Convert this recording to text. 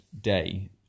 day